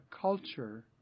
culture